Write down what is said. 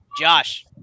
Josh